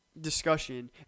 discussion